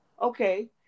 okay